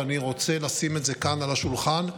ואני רוצה לשים את זה כאן על השולחן.